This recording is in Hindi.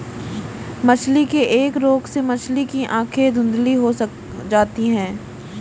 मछली के एक रोग से मछली की आंखें धुंधली हो जाती है